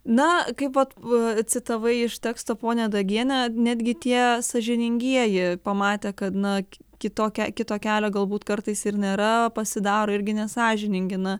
na kaip vat va citavai iš teksto ponią dagienę netgi tie sąžiningieji pamatė kad na k kito ke kito kelio galbūt kartais ir nėra pasidaro irgi nesąžiningi na